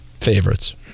favorites